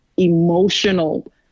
emotional